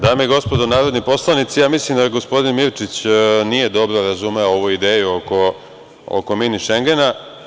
Dame i gospodo narodni poslanici, ja mislim da gospodin Mirčić nije dobro razumeo ovu ideju oko mini Šengena.